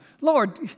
Lord